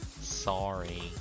sorry